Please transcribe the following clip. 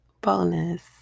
bonus